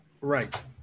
Right